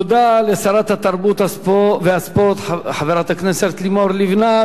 תודה לשרת התרבות והספורט חברת הכנסת לימור לבנת.